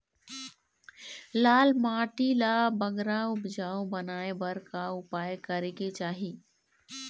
लाल माटी ला बगरा उपजाऊ बनाए बर का उपाय करेक चाही?